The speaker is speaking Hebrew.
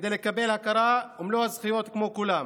כדי לקבל הכרה ואת מלוא הזכויות כמו כולם.